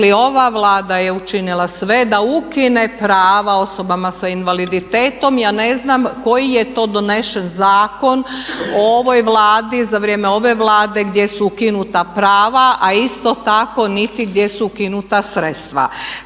ova Vlada je učinila sve da ukine prava osobama sa invaliditetom. Ja ne znam koji je to donesen zakon o ovoj Vladi, za vrijeme ove Vlade gdje su ukinuta prava, a isto tako niti gdje su ukinuta sredstva.